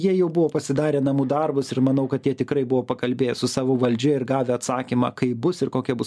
jie jau buvo pasidarę namų darbus ir manau kad jie tikrai buvo pakalbėję su savo valdžia ir gavę atsakymą kaip bus ir kokia bus politika bet jinai tiek akivaizdi kad